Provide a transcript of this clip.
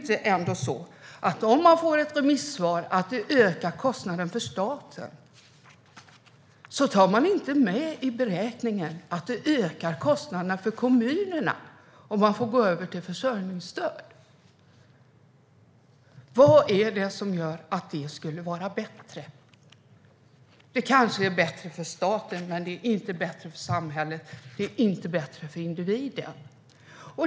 Remissvaret säger att det ökar kostnaden för staten, men då tar man inte med i beräkningen att det ökar kostnaderna för kommunerna om människor får gå över till försörjningsstöd. Vad är det som gör att det skulle vara bättre? Det kanske är bättre för staten, men det är inte bättre för samhället och för individen.